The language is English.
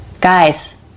Guys